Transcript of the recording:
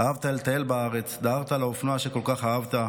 אהבת לטייל בארץ, דהרת על האופנוע שכל כך אהבת.